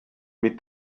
mit